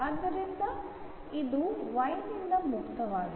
ಆದ್ದರಿಂದ ಇದು y ನಿಂದ ಮುಕ್ತವಾಗಿದೆ